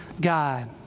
God